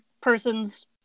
person's